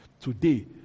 today